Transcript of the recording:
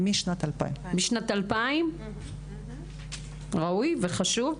משנת 2000. ראוי וחשוב.